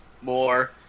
more